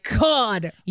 God